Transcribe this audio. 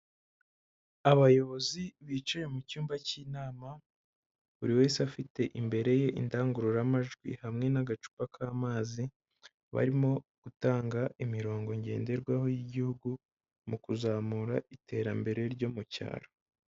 Abayobozi bicaye mu cyumba cy'inama, buri wese afite imbere ye indangururamajwi hamwe n'agacupa k'amazi, barimo gutanga imirongo ngenderwaho y'igihugu, mu kuzamura iterambere ryo mu cyaro.